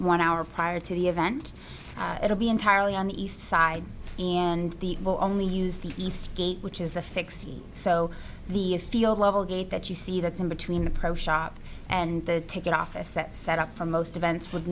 one hour prior to the event it will be entirely on the east side and the will only use the east gate which is the fix so the field level gate that you see that's in between the pro shop and the ticket office that set up for most events would